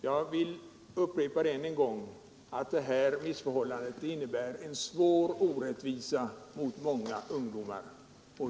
Jag upprepar än en gång att detta innebär en svår orättvisa mot många ungdomar.